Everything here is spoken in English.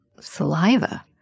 saliva